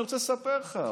אני רוצה לספר לך,